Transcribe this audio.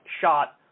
shot